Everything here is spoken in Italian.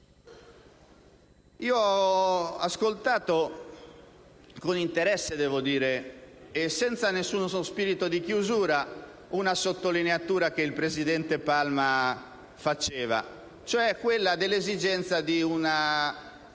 Ho ascoltato con interesse, e senza alcuno spirito di chiusura, una sottolineatura che il presidente Palma ha fatto, cioè quella dell'esigenza di una